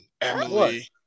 Emily